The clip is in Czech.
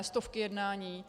Stovky jednání.